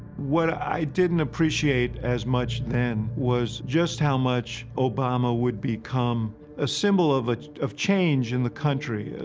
what i didn't appreciate as much then was just how much obama would become a symbol of of change in the country,